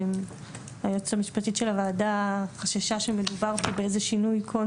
היועצת המשפטית של הוועדה חששה שמדובר פה באיזה שינוי קונספט.